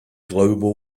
global